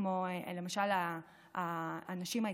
כמו למשל הנשים האתיופיות,